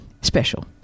special